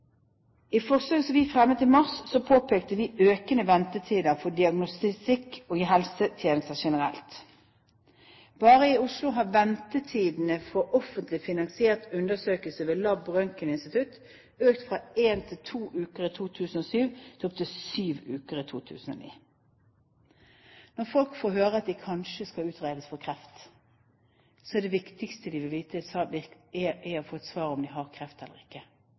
det forslaget som vi fremmet i mars, påpekte vi økende ventetider for diagnostikk og helsetjenester generelt. Bare i Oslo har ventetidene for offentlig finansiert undersøkelse ved lab- og røntgeninstitutt økt fra én til to uker i 2007 til opptil syv uker i 2009. Når folk får høre at de kanskje skal utredes for kreft, er det viktigste å få et svar på om de har kreft eller ikke.